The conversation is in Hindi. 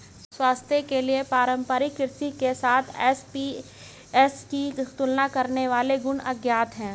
स्वास्थ्य के लिए पारंपरिक कृषि के साथ एसएपीएस की तुलना करने वाले गुण अज्ञात है